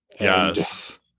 Yes